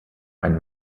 ein